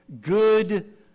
good